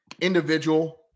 individual